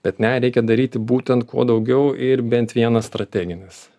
bet ne reikia daryti būtent kuo daugiau ir bent vienas strateginis